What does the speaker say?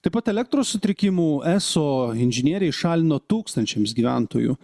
taip pat elektros sutrikimų eso inžinieriai šalino tūkstančiams gyventojų